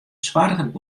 soargen